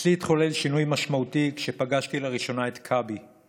אצלי התחולל שינוי משמעותי כשפגשתי לראשונה את כאבי,